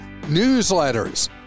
newsletters